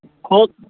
کھوٚل